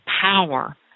power